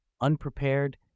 unprepared